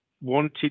wanted